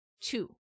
two